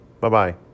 Bye-bye